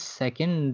second